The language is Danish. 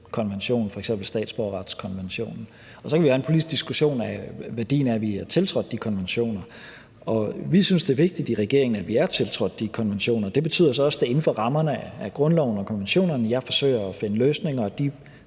konvention, f.eks. statsborgerretskonventionen. Så kan vi have en politisk diskussion af værdien af, at vi er tiltrådt de konventioner, og vi synes i regeringen, at det er vigtigt, at vi er tiltrådt de konventioner. Det betyder så også, at det er inden for rammerne af grundloven og konventionerne, jeg forsøger at finde løsninger, og de